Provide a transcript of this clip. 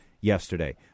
yesterday